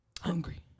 hungry